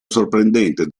sorprendente